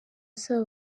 asaba